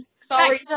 Sorry